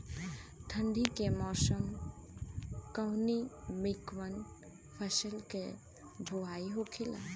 ठंडी के मौसम कवने मेंकवन फसल के बोवाई होखेला?